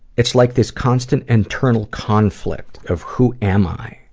it's like this constantly internal conflict of who am i?